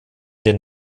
den